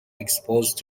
exposed